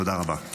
תודה רבה.